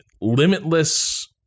limitless